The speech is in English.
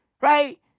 right